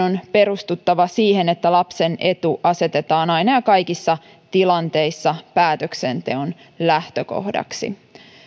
on perustuttava siihen että lapsen etu asetetaan aina ja kaikissa tilanteissa päätöksenteon lähtökohdaksi